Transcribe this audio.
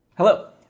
Hello